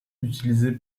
utilisé